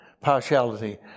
partiality